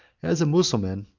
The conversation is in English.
as a mussulman,